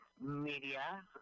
media